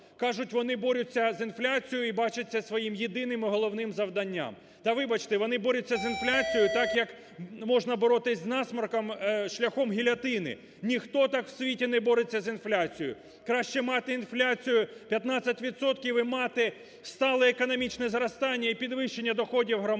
Кажуть, вони борються з інфляцією і бачать це своїм єдиним і головним завданням. Та вибачте, вони борються з інфляцією так, як можна боротися з насморком шляхом гільйотини. Ніхто так в світ не бореться з інфляцією. Краще мати інфляцію 15 відсотків і мати стале економічне зростання і підвищення доходів громадян,